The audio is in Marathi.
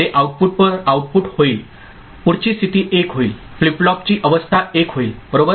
ते आउटपुट होईल पुढचे स्थिती 1 होईल फ्लिप फ्लॉपची अवस्था 1 होईल बरोबर